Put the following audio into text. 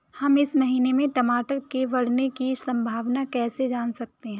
हम इस महीने में टमाटर के बढ़ने की संभावना को कैसे जान सकते हैं?